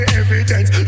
evidence